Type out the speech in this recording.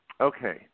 Okay